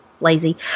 lazy